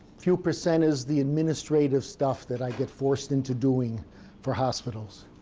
few percent is the administrative stuff that i get forced into doing for hospitals.